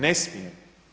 Ne smijem.